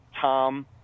Tom